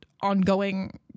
ongoing